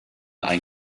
ein